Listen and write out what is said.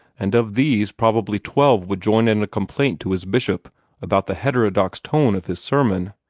and of these probably twelve would join in a complaint to his bishop about the heterodox tone of his sermon.